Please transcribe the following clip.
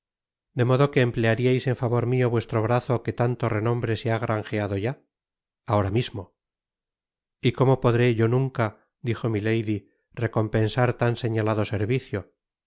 de modo que emplearíais en favor mio vuestro brazo que tanto renombre se ha granjeado ya ahora mismo y como podré yo nunca dijo milady recompensar tan señalado servicio